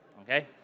okay